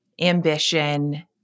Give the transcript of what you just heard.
ambition